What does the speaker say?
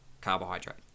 carbohydrate